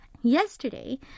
Yesterday